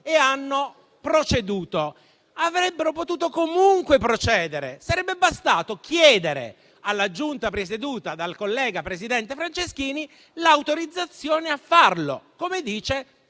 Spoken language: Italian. intercettare. Avrebbero potuto comunque procedere. Sarebbe bastato chiedere alla Giunta presieduta dal collega, presidente Franceschini, l'autorizzazione a farlo, così come